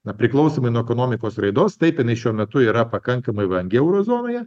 na priklausomai nuo ekonomikos raidos taip jinai šiuo metu yra pakankamai vangi euro zonoje